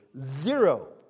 zero